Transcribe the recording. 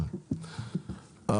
זה,